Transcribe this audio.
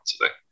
today